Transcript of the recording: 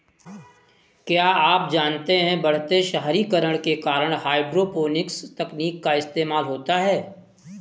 क्या आप जानते है बढ़ते शहरीकरण के कारण हाइड्रोपोनिक्स तकनीक का इस्तेमाल होता है?